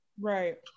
right